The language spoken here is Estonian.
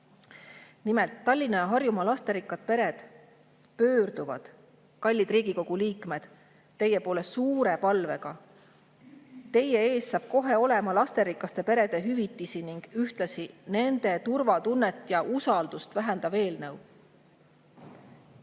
Nimelt, Tallinna ja Harjumaa lasterikkad pered pöörduvad, kallid Riigikogu liikmed, teie poole suure palvega. Teie ees saab kohe olema lasterikaste perede hüvitisi ning ühtlasi nende turvatunnet ja usaldust vähendav eelnõu.